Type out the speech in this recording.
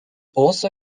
also